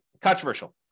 controversial